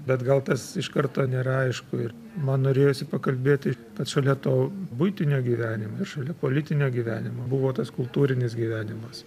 bet gal tas iš karto nėra aišku ir man norėjosi pakalbėti kad šalia to buitinio gyvenimo ir šalia politinio gyvenimo buvo tas kultūrinis gyvenimas